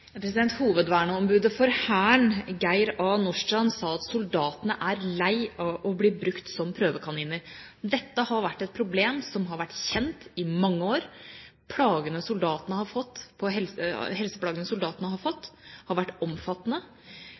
Hovedverneombudet for Hæren, Thomas S. Hansen, sa at soldatene er lei av å bli brukt som prøvekaniner. Dette er et problem som har vært kjent i mange år. Helseplagene soldatene har fått, har vært omfattende, og det har